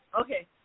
Okay